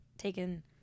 taken